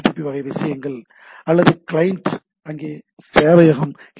B வகை விஷயங்கள் அல்லது கிளையன்ட் அங்கே சேவையகம் ஹெச்